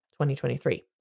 2023